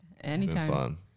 Anytime